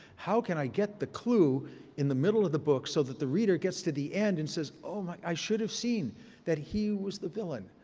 how can i get the clue in the middle of the book so that the reader gets to the end and says, oh, um i i should have seen that he was the villain.